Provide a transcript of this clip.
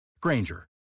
Granger